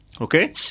okay